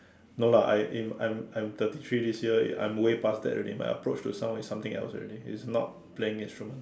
no lah I eh I'm I'm thirty three this year eh I'm way pass that already my approach to someone is something else already it's not playing instrument